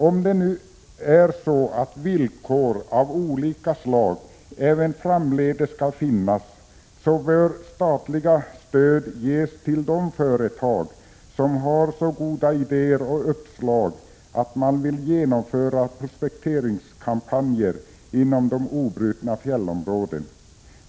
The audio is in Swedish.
Om villkor av olika slag även framdeles skall finnas bör statliga stöd ges till de företag som har så goda idéer och uppslag att de vill genomföra prospekteringskampanjer inom de obrutna fjällområdena.